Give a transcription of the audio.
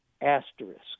asterisk